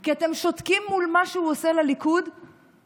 כי אתם שותקים מול מה שהוא עושה לליכוד ולמדינה.